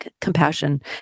compassion